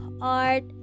art